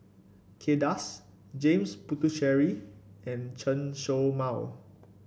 Kay Das James Puthucheary and Chen Show Mao